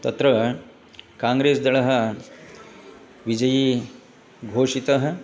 तत्र काङ्ग्रेस् दलः विजयी घोषितः